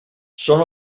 són